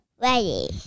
Ready